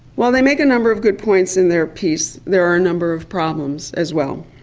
while they make a number of good points in their piece, there are a number of problems as well.